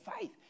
faith